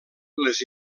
les